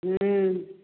हुँ